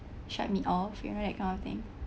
shut me off you know that kind of thing